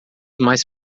mais